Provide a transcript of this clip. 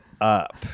up